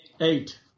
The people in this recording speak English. Eight